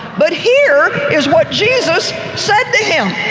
but here is what jesus said to him,